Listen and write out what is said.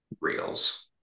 reels